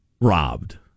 robbed